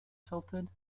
tilted